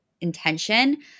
intention